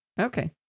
Okay